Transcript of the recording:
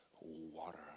water